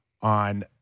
on